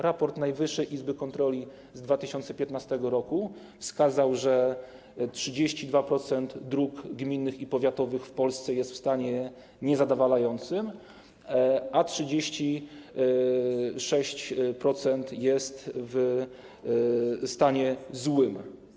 Raport Najwyższej Izby Kontroli z 2015 r. wskazał, że 32% dróg gminnych i powiatowych w Polsce jest w stanie niezadowalającym, a 36% jest w stanie złym.